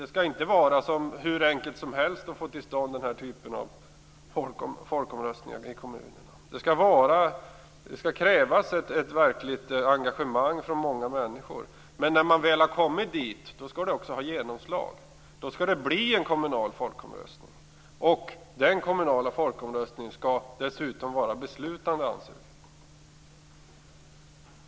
Det skall inte vara hur enkelt som helst att få till stånd den här typen av folkomröstningar i kommunerna. Det skall krävas ett verkligt engagemang från många människor. Men när man väl har kommit dit, skall det också ha genomslag. Då skall det bli en kommunal folkomröstning, och denna kommunala folkomröstning skall dessutom vara beslutande, anser vi.